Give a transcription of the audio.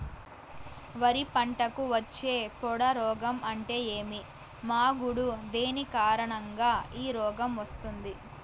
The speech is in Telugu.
వరి పంటకు వచ్చే పొడ రోగం అంటే ఏమి? మాగుడు దేని కారణంగా ఈ రోగం వస్తుంది?